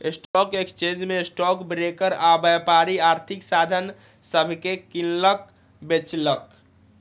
stock exchange में stock broker आऽ व्यापारी आर्थिक साधन सभके किनलक बेचलक